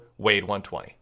Wade120